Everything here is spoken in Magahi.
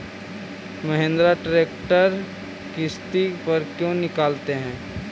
महिन्द्रा ट्रेक्टर किसति पर क्यों निकालते हैं?